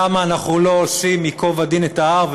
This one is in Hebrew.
למה אנחנו לא ייקוב הדין את ההר,